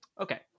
Okay